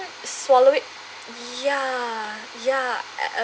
swallow it ya ya